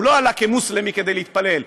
הוא לא עלה כמוסלמי כדי להתפלל,